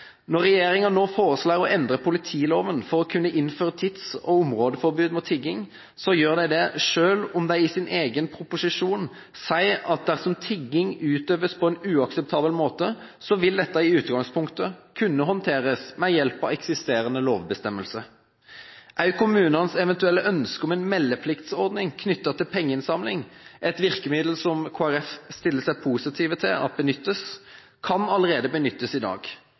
Når regjeringen nå foreslår å endre politiloven for å kunne innføre tids- og områdeforbud mot tigging, gjør de det selv om de i sin egen proposisjon sier at dersom tigging utøves på en uakseptabel måte, vil dette i utgangspunktet kunne håndteres ved hjelp av eksisterende lovbestemmelser. Kommuners eventuelle ønske om en meldepliktsordning knyttet til pengeinnsamling – et virkemiddel som Kristelig Folkeparti stiller seg positiv til – kan i dag allerede benyttes.